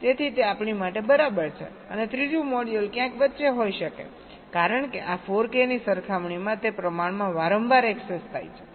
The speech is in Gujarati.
તેથી તે આપણી માટે બરાબર છે અને ત્રીજું મોડ્યુલ ક્યાંક વચ્ચે હોઈ શકે છે કારણ કે આ 4 k ની સરખામણીમાં તે પ્રમાણમાં વારંવાર એક્સેસ થાય છે